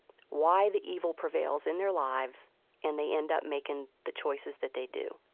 why the evil prevails in their lives and they end up making the choices that they do.